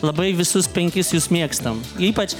labai visus penkis jus mėgstam ypač